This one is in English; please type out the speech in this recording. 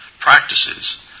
practices